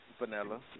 Vanilla